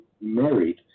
married